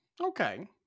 Okay